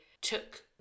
took